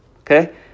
okay